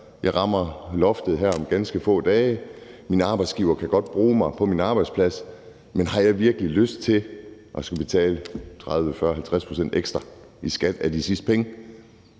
Jeg rammer loftet her om ganske få dage; min arbejdsgiver kan godt bruge mig på min arbejdsplads, men har jeg virkelig lyst til at skulle betale 30, 40 eller 50 pct. ekstra i skat af de sidste penge?